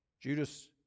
judas